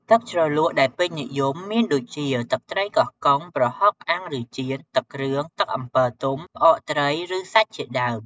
ទឹកជ្រលក់ដែលពេញនិយមមានដូចជា ទឹកត្រីកោះកុង ប្រហុកអាំងឬចៀន ទឹកគ្រឿង ទឹកអំពិលទុំ ផ្អកត្រីឬសាច់ជាដើម។